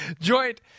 joint